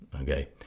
okay